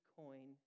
coin